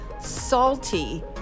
Salty